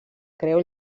creu